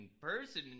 person